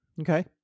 Okay